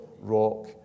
Rock